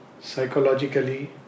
psychologically